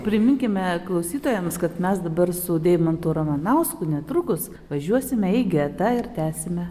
priminkime klausytojams kad mes dabar su deimantu ramanausku netrukus važiuosime į getą ir tęsime